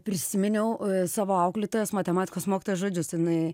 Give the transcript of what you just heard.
prisiminiau savo auklėtojos matematikos mokytojos žodžius jinai